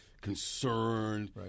concerned